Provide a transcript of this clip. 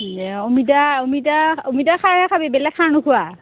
এ অমিতা অমিতা অমিতা খাৰ খাবি বেলেগ খাৰ নোখোৱা